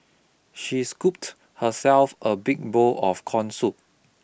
she scooped herself a big bowl of corn soup